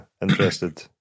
interested